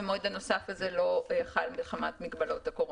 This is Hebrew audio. והמועד הנוסף הזה לא חל מחמת מגבלות הקורונה.